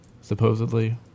supposedly